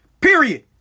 Period